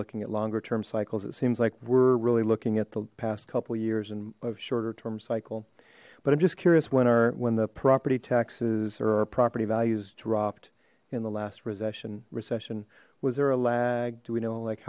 looking at longer term cycles it seems like we're really looking at the past couple years and order term cycle but i'm just curious when our when the property taxes or our property values dropped in the last recession recession was there a lag do we know like